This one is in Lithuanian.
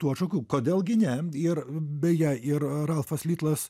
tų atšakų kodėl gi ne ir beje ir ralfas litlas